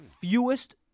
Fewest